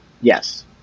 Yes